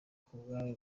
k’ubwami